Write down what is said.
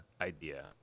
idea